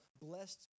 blessed